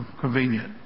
convenient